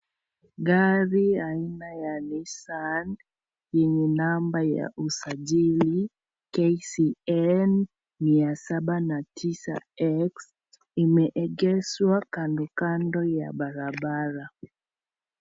Gari aina ya Nissan yenye namba ya usajili KCN 709x imeegeshwa kando kando ya barabara.